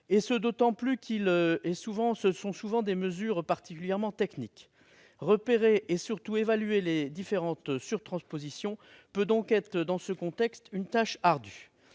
détail, d'autant qu'il s'agit souvent de mesures particulièrement techniques. Repérer et surtout évaluer les différentes surtranspositions peut donc être, dans ce contexte, une tâche ardue.